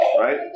Right